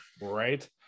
Right